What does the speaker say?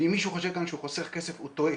ואם מישהו חושב כאן שהוא חוסך כסף, הוא טועה.